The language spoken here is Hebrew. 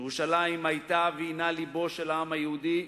ירושלים היתה והינה לבו של העם היהודי,